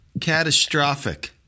catastrophic